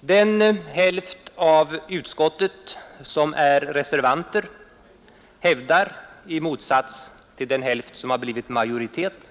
Den hälft av utskottet, som är reservanter, hävdar, i motsats till den hälft, som har blivit majoritet,